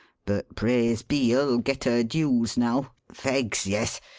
but praise be, her'll get her dues now fegs, yes!